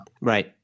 Right